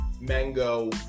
mango